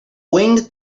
wind